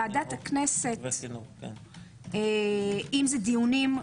ועדת הכנסת אם זה דיונים,